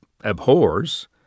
abhors